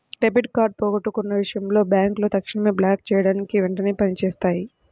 debit card పోగొట్టుకున్న విషయంలో బ్యేంకులు తక్షణమే బ్లాక్ చేయడానికి వేగంగా పని చేత్తాయి